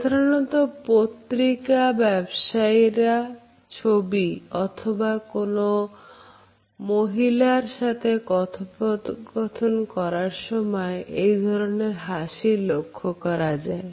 সাধারণত পত্রিকা ব্যবসায়ীর ছবি অথবা কোন মহিলার সাথে কথোপকথন করার সময় এই ধরনের হাসি লক্ষ্য করা যায়